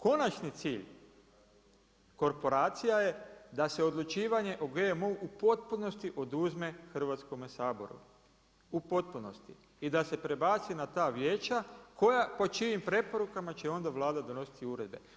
Konačni cilj korporacija je da se odlučivanje o GMO-u u potpunosti oduzme Hrvatskome saboru u potpunosti i da se prebaci na ta vijeća po čijim preporukama će onda Vlada donositi uredbe.